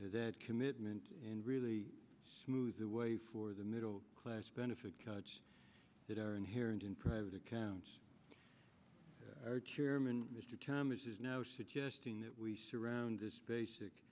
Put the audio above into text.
that commitment and really smooth the way for the middle class benefit cuts that are inherent in private accounts our chairman mr thomas is now suggesting that we surround this basic